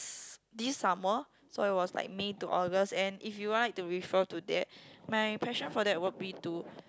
this summer so it was like May to August and if you want to refer to that my passion for that would be to